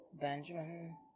Benjamin